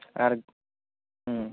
আর হুম